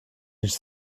nicht